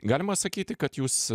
galima sakyti kad jūs